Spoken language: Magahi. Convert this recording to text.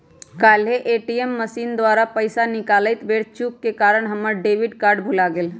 काल्हे ए.टी.एम मशीन द्वारा पइसा निकालइत बेर चूक के कारण हमर डेबिट कार्ड भुतला गेल